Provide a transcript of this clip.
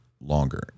longer